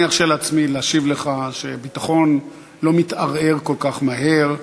אני ארשה לעצמי להשיב שביטחון לא מתערער כל כך מהר.